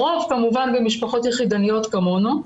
הרוב כמובן במשפחות יחידניות כמונו,